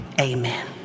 amen